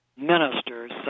ministers